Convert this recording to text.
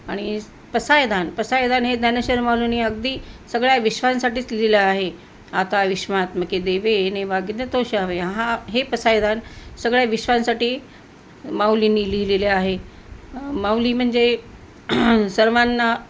आणि पसायदान पसायदान हे ज्ञानेश्वर माऊलीनी अगदी सगळ्या विश्वासाठीच लिहिलं आहे आता विश्वात्मके देवे येणे वाग्यज्ञे तोषावे हा हे पसायदान सगळ्या विश्वासाठी माऊलीनी लिहिलेले आहे माऊली म्हणजे सर्वांना